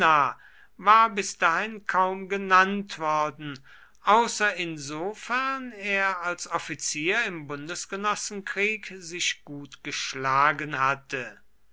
war bis dahin kaum genannt worden außer insofern er als offizier im bundesgenossenkrieg sich gut geschlagen hatte